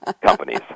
companies